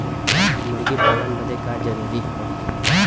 मुर्गी पालन बदे का का जरूरी ह?